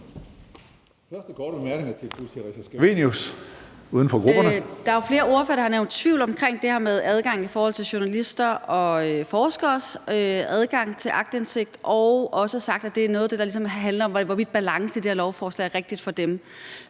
Der er jo flere ordførere, der har været i tvivl om det her med adgangen for journalister og forskere til aktindsigt. De har også sagt, at det handler om, hvorvidt balancen i det her lovforslag er rigtig for dem.